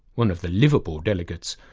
one of the liverpool delegates,